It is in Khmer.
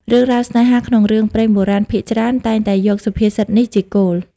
រឿងរ៉ាវស្នេហាក្នុងរឿងព្រេងបុរាណភាគច្រើន តែងតែយកសុភាសិតនេះជាគោល។